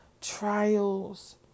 trials